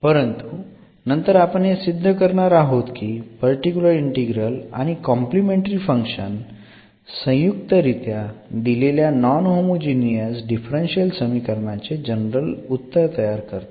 परंतु नंतर आपण हे सिद्ध करणार आहोत की पर्टिक्युलर इंटीग्रल आणि कॉम्प्लिमेंटरी फंक्शन संयुक्तरित्या दिलेल्या नॉन होमोजिनियस डिफरन्शियल समीकरणाचे जनरल उत्तर तयार करतात